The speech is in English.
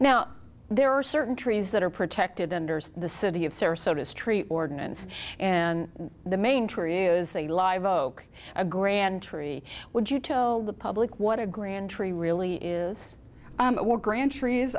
now there are certain trees that are protected under the city of sarasota street ordinance and the main tree is a live oak a grand jury would you tell the public what a grand jury really is or grand trees